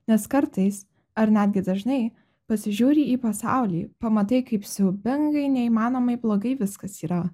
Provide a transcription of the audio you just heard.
nes kartais ar netgi dažnai pasižiūri į pasaulį pamatai kaip siaubingai neįmanomai blogai viskas yra